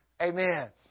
Amen